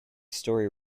story